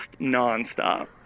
nonstop